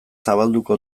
zabalduko